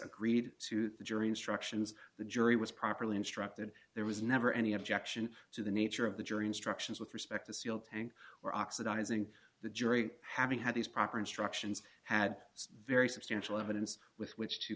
agreed to the jury instructions the jury was properly instructed there was never any objection to the nature of the jury instructions with respect to sealed tank or oxidizing the jury having had these proper instructions had very substantial evidence with which to